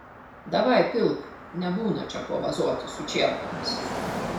davai pilk nebūna čia ko vazotis su čierkomis